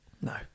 No